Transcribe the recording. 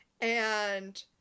and-